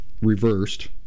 reversed